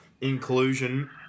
inclusion